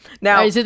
Now